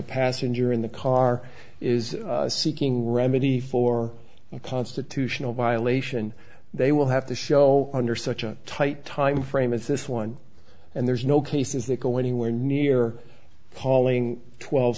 passenger in the car is seeking remedy for a constitutional violation they will have to show under such a tight time frame of this one and there's no cases that go anywhere near hauling twelve